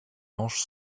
manches